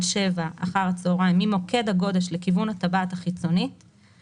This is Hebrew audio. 19:00 ממוקד הגודש לכיוון הטבעת החיצונית טבעת חיצונית